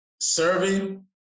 Serving